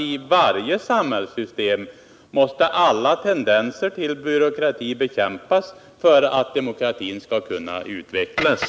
I varje samhällssystem måste alla tendenser till byråkrati bekämpas för att demokratin skall kunna utvecklas.